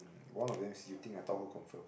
one of them is you think I thought who confirm